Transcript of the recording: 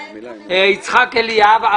יצחק אליאב.